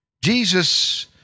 Jesus